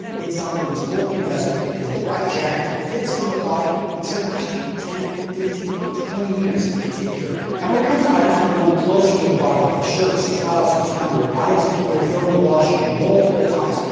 it's something that's worth the investment because the right jacket that fits to the body is going to last you ten, fifteen, twenty years if you take care of it. now, when it comes to items that are worn closer to the body like shirts, trousers, underwear items that are thrown in the wash multiple times,